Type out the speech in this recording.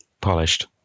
Polished